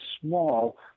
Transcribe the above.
small